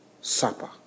supper